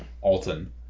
Alton